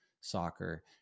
soccer